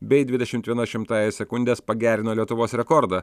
bei dvidešimt viena šimtąja sekundės pagerino lietuvos rekordą